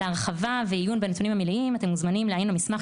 להרחבה ועיון בנתונים המלאים אתם מוזמנים לעיין במסמך